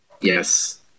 yes